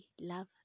love